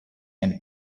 and